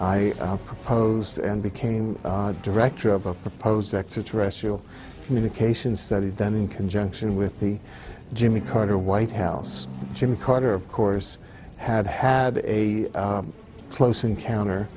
proposed and became director of a proposed extra terrestrial communication study done in conjunction with the jimmy carter white house jimmy carter of course had had a close encounter